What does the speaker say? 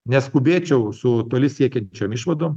neskubėčiau su toli siekiančiom išvadom